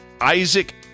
Isaac